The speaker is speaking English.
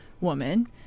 woman